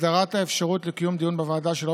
הסדרת האפשרות לקיום דיון בוועדה שלא